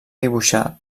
dibuixar